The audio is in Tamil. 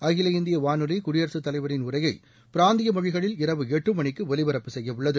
அகில இந்திய வானொலி குடியரசுத் தலைவரின் உரையை பிராந்திய மொழிகளில் இரவு எட்டு மணிக்கு ஒலிபரப்பு செய்யவுள்ளது